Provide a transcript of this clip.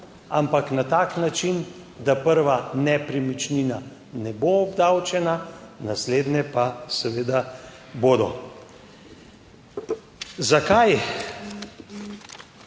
ampak na tak način, da prva nepremičnina ne bo obdavčena, naslednje pa seveda bodo. Zakaj